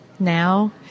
Now